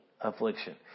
affliction